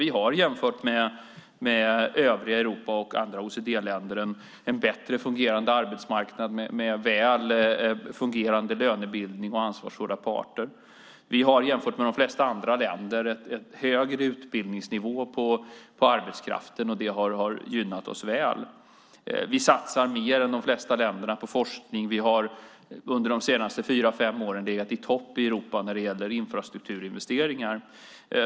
Vi har jämfört med övriga Europa och andra OECD-länder en bättre fungerande arbetsmarknad med väl fungerande lönebildning och ansvarsfulla parter. Vi har jämfört med de flesta andra länder en högre utbildningsnivå på arbetskraften, och det har gynnat oss väl. Vi satsar mer än de flesta länder på forskning. Vi har under de senaste fyra fem åren legat i topp i Europa när det gäller infrastrukturinvesteringar.